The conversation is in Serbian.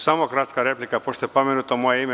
Samo kratka replika, pošto je pomenuto moje ime.